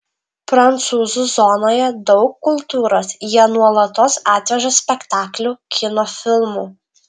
prancūzų zonoje daug kultūros jie nuolatos atveža spektaklių kino filmų